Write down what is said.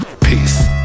peace